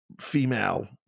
female